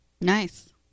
Nice